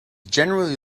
generally